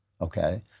okay